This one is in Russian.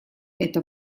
это